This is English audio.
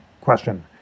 question